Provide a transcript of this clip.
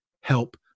help